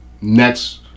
next